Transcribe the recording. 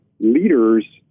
leaders